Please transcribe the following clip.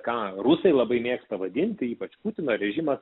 ką rusai labai mėgsta vadinti ypač putino režimas